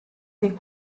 dei